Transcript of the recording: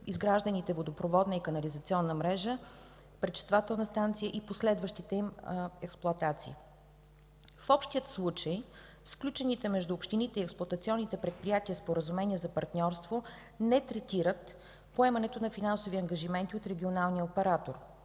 изгражданите водопроводна и канализационна мрежа, пречиствателна станция и последващите им експлоатации. В общия случай сключените между общините и експлоатационните предприятия споразумения за партньорство не третират поемането на финансови ангажименти от регионалния оператор